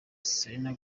selena